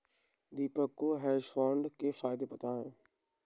दीपक को hedge fund के फायदे पता है